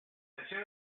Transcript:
deseo